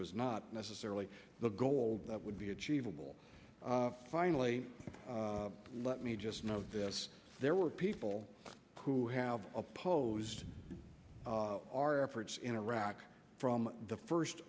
was not necessarily the goal that would be achievable finally let me just note this there were people who have opposed our efforts in iraq from the first